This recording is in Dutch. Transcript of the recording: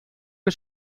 een